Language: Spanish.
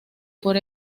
por